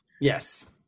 Yes